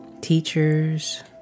Teachers